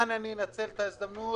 אני אנצל את ההזדמנות,